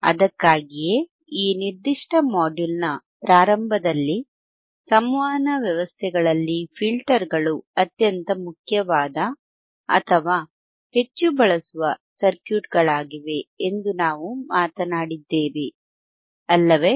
ಅದಕ್ಕಾಗಿಯೇ ಈ ನಿರ್ದಿಷ್ಟ ಮೊಡ್ಯೂಲ್ನ ಪ್ರಾರಂಭದಲ್ಲಿ ಸಂವಹನ ವ್ಯವಸ್ಥೆಗಳಲ್ಲಿ ಫಿಲ್ಟರ್ಗಳು ಅತ್ಯಂತ ಮುಖ್ಯವಾದ ಅಥವಾ ಹೆಚ್ಚು ಬಳಸುವ ಸರ್ಕ್ಯೂಟ್ಗಳಾಗಿವೆ ಎಂದು ನಾವು ಮಾತನಾಡಿದ್ದೇವೆ ಅಲ್ಲವೇ